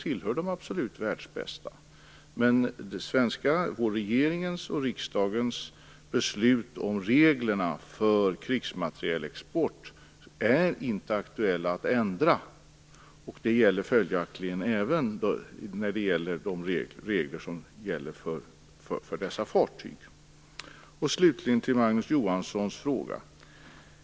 Men det är inte aktuellt att ändra den svenska regeringens och riksdagens beslut om reglerna för krigsmaterielexport. Det gäller följaktligen även reglerna för dessa fartyg. Slutligen skall jag ta upp Magnus Johanssons fråga.